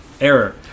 error